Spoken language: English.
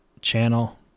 channel